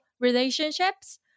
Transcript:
Relationships